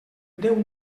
déu